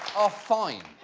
are fine.